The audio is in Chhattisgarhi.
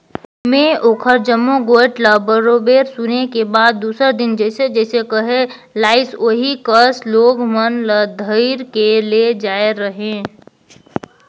में ओखर जम्मो गोयठ ल बरोबर सुने के बाद दूसर दिन जइसे जइसे कहे लाइस ओही कस लोग मन ल धइर के ले जायें रहें